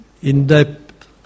in-depth